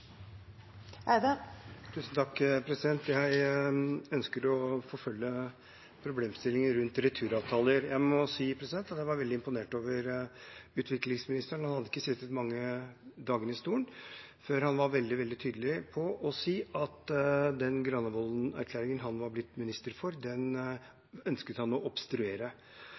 Jeg ønsker å forfølge problemstillinger rundt returavtaler. Jeg må si at jeg var veldig imponert over utviklingsministeren. Han hadde ikke sittet mange dagene i stolen før han var veldig tydelig på å si at den Granavolden-plattformen han var blitt minister for, ønsket han å obstruere.